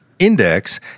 index